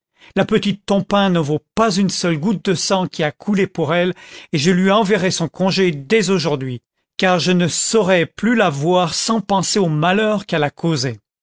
la petite tompain ne vaut pas une seule goutte du sang qui a coulé pour elle et je lui enverrai son congé dès aujourd'hui car je ne saurais plus la voir sans penser au malheur qu'elle a causé